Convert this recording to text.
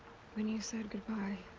when you said goodbye.